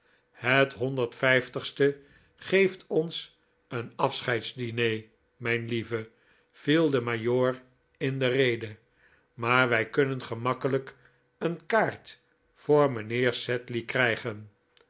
het honderd vijftigste geeft ons een afscheidsdiner mijn lieve viel de majoor in de rede maar wij kunnen gemakkelijk een kaart voor mijnheer sedley krijgen